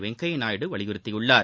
வெங்கையா நாயுடு வலியுறுத்தியுள்ளார்